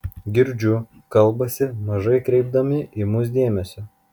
girdžiu kalbasi mažai kreipdami į mus dėmesio